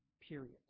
Period